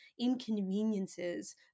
inconveniences